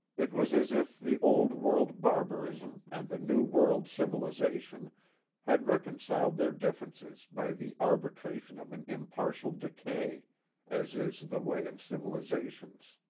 it was as if the old-world barbarism and the new-world civilization had reconciled their differences by the arbitration of an impartial decay as is the way of civilizations.